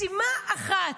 משימה אחת,